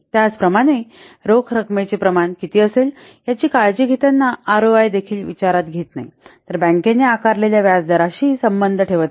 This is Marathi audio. त्याचप्रमाणे रोख रकमेचे प्रमाण किती असेल याची काळजी घेताना आरओआय देखील विचारात घेत नाही तर बँकेने आकारलेल्या व्याज दराशीही संबंध ठेवत नाही